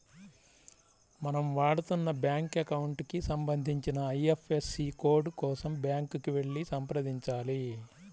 మనం వాడుతున్న bank account కి సంబంధించిన ఐ.ఎఫ్.ఎస్.సి కోడ్ కోసం బ్యాంకుకి వెళ్లి సంప్రదించాలి